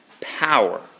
power